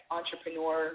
entrepreneur